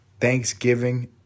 Thanksgiving